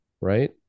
right